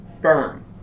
burn